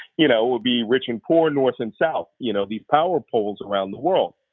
you know it would be rich and poor, north and south, you know these power poles around the world.